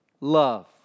love